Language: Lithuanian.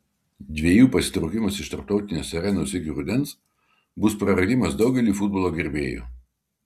dviejų pasitraukimas iš tarptautinės arenos iki rudens bus praradimas daugeliui futbolo gerbėjų